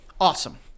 awesome